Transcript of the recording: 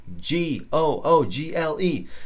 G-O-O-G-L-E